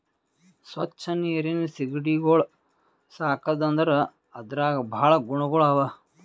ಸ್ವಚ್ ನೀರಿನ್ ಸೀಗಡಿಗೊಳ್ ಸಾಕದ್ ಅಂದುರ್ ಅದ್ರಾಗ್ ಭಾಳ ಗುಣಗೊಳ್ ಅವಾ